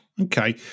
Okay